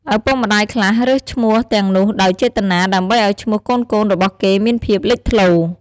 ឪពុកម្ដាយខ្លះរើសឈ្មោះទាំងនោះដោយចេតនា ដើម្បីឱ្យឈ្មោះកូនៗរបស់គេមានភាពលេចធ្លោ។